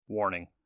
Warning